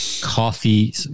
coffee